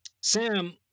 Sam